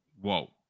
whoa